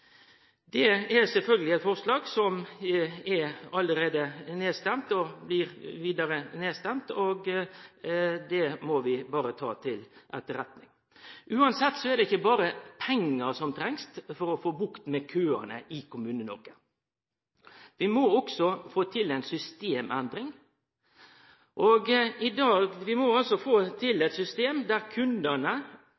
Det er sjølvsagt eit forslag som allereie er nedstemt og blir vidare nedstemt. Det må vi berre ta til etterretning. Uansett er det ikkje berre pengar som trengst for å få bukt med køane i Kommune-Noreg. Vi må også få til ei systemendring. Vi må få til